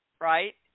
right